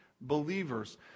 believers